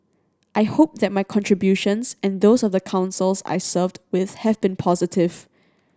I hope that my contributions and those of the Councils I served with have been positive